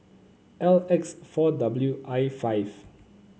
L X four W I five